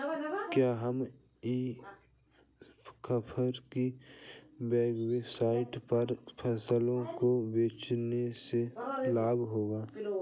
क्या हमें e commerce की वेबसाइट पर फसलों को बेचने से लाभ होगा?